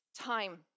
time